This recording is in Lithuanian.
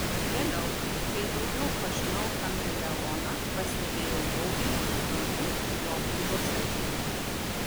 vėliau kai daugiau pažinau chameleoną pastebėjau daugelį įdomių jo būdo savybių